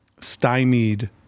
stymied